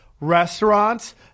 restaurants